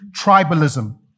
tribalism